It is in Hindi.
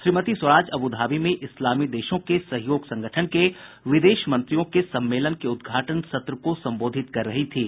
श्रीमती स्वराज अबुधाबी में इस्लामी देशों के सहयोग संगठन के विदेश मंत्रियों के सम्मेलन के उद्घाटन सत्र को संबोधित कर रहीं थीं